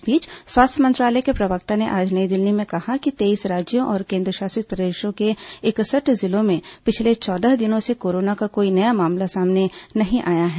इस बीच स्वास्थ्य मंत्रालय के प्रवक्ता ने आज नई दिल्ली में कहा कि तेईस राज्यों और केन्द्रशासित प्रदेशों के इकसठ जिलों में पिछले चौदह दिनों से कोरोना का कोई नया मामला सामने नहीं आया है